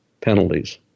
penalties